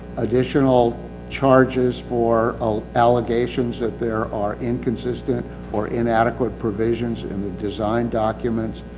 additional charges for ah allegations that there are inconsistent or inadequate provisions in the design documents.